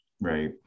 right